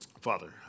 Father